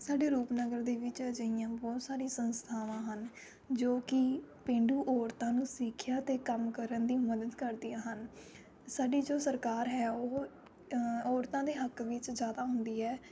ਸਾਡੇ ਰੂਪਨਗਰ ਦੇ ਵਿੱਚ ਅਜਿਹੀਆਂ ਬਹੁਤ ਸਾਰੀਆਂ ਸੰਸਥਾਵਾਂ ਹਨ ਜੋ ਕਿ ਪੇਂਡੂ ਔਰਤਾਂ ਨੂੰ ਸਿੱਖਿਆ ਅਤੇ ਕੰਮ ਕਰਨ ਦੀ ਮਦਦ ਕਰਦੀਆਂ ਹਨ ਸਾਡੀ ਜੋ ਸਰਕਾਰ ਹੈ ਉਹ ਔਰਤਾਂ ਦੇ ਹੱਕ ਵਿੱਚ ਜ਼ਿਆਦਾ ਹੁੰਦੀ ਹੈ